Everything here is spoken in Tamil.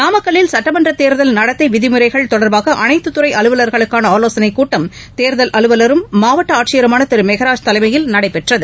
நாமக்கல்லில் சட்டமன்றத்தேர்தல் நடத்தை விதிமுறைகள் தொடர்பாக அனைத்து குறை அலுவலர்களுக்கான ஆலோசனைக்கூட்டம் தேர்தல் அலுவலரும் மாவட்ட ஆட்சியருமான திரு மெக்ராஜ் தலைமையில் நடைபெற்றது